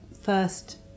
first